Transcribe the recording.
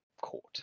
court